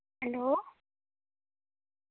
hello